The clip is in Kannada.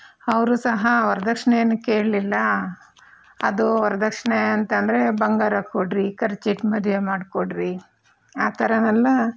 ಅವರು ಸಹ ವರದಕ್ಷಿಣೆ ಏನು ಕೇಳ್ಲಿಲ್ಲ ಅದು ವರದಕ್ಷಿಣೆ ಅಂತಂದ್ರೆ ಬಂಗಾರ ಕೊಡಿ ಖರ್ಚು ಇಟ್ಟು ಮದುವೆ ಮಾಡಿ ಕೊಡ್ರಿ ಆ ಥರ ಎಲ್ಲ